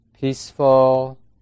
peaceful